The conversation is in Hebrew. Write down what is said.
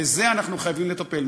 בזה אנחנו חייבים לטפל.